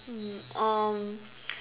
mm um